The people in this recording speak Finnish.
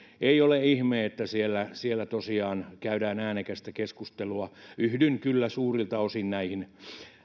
ei ole ihme että siellä siellä tosiaan käydään äänekästä keskustelua yhdyn kyllä suurelta osin näihin